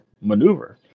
maneuver